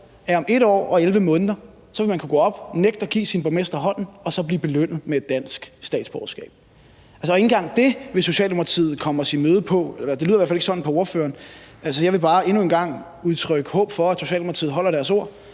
at om 1 år og 11 måneder, for man har 2 år, vil man kunne nægte at give sin borgmester hånden og alligevel blive belønnet med et dansk statsborgerskab. Ikke engang på det punkt vil Socialdemokratiet komme os i møde – eller det lyder i hvert fald ikke sådan på ordføreren. Jeg vil bare endnu en gang udtrykke håb om, at Socialdemokratiet holder deres ord